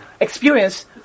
experience